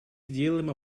сделаем